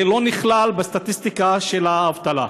זה לא נכלל בסטטיסטיקה של האבטלה.